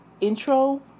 intro